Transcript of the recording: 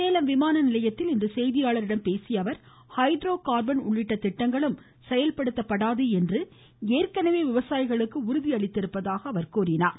சேலம் விமான நிலையத்தில் இன்று செய்தியாளர்களிடம் பேசிய அவர் ஹைட்ரோ கார்பன் உள்ளிட்ட திட்டங்களும் செயல்படுத்தப்படாது என்று ஏற்கனவே விவசாயிகளுக்கு உறுதி அளித்திருப்பதாக சுட்டிக்காட்டினார்